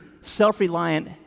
self-reliant